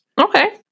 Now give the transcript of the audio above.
Okay